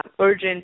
urgent